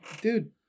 Dude